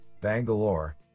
Bangalore